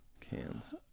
Cans